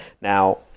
Now